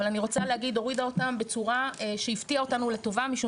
אבל אני רוצה להגיד הורידה אותם בצורה שהפתיעה אותנו לטובה משום